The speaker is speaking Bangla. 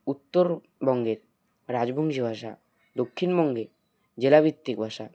উত্তরবঙ্গের রাজবংশী ভাষা দক্ষিণবঙ্গে জেলাভিত্তিক ভাষা